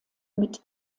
mit